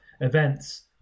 events